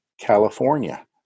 California